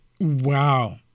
Wow